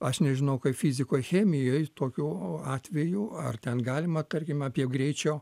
aš nežinau kaip fizikoj chemijoj tokiu atveju ar ten galima tarkim apie greičio